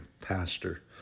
pastor